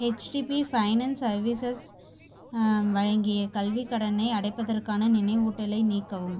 HDB finance services வழங்கிய கல்விக் கடனை அடைப்பதற்கான நினைவூட்டலை நீக்கவும்